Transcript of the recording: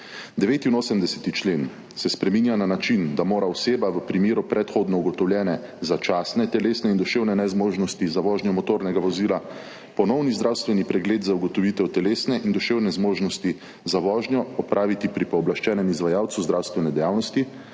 89. člen se spreminja na način, da mora oseba v primeru predhodno ugotovljene začasne telesne in duševne nezmožnosti za vožnjo motornega vozila ponovni zdravstveni pregled za ugotovitev telesne in duševne zmožnosti za vožnjo opraviti pri pooblaščenem izvajalcu zdravstvene dejavnosti,